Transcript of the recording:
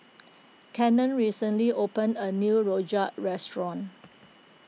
Cannon recently opened a new Rojak restaurant